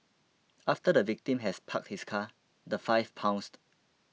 after the victim has parked his car the five pounced